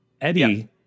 Eddie